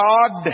God